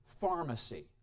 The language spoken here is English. pharmacy